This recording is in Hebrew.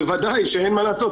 אבל ודאי שאין מה לעשות,